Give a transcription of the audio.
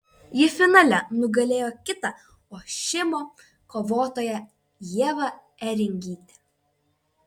ji finale nugalėjo kitą ošimo kovotoją ievą ėringytę